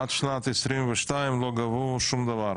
עד שנת 2022 לא גבו שום דבר,